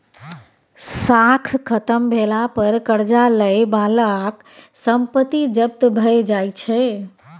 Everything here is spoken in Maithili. साख खत्म भेला पर करजा लए बलाक संपत्ति जब्त भए जाइ छै